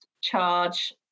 charge